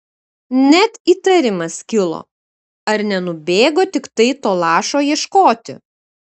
net įtarimas kilo ar nenubėgo tiktai to lašo ieškoti